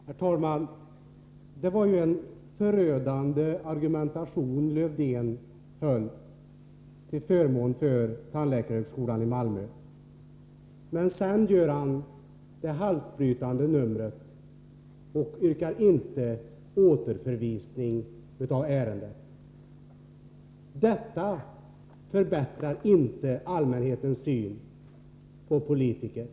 Herr talman! Lars-Erik Lövdén kom med en förödande argumentation till förmån för tandläkarhögskolan i Malmö. Sedan gjorde han det halsbrytande numret att inte yrka på återförvisning av ärendet. Detta bidrar inte till att förbättra allmänhetens uppfattning om politikerna.